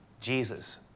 Jesus